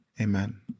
amen